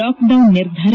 lockdown ನಿರ್ಧಾರ